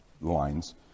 lines